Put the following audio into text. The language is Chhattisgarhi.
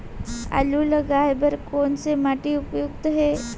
आलू लगाय बर कोन से माटी उपयुक्त हे?